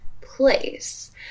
place